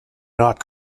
not